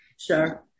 Sure